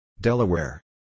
Delaware